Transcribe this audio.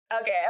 Okay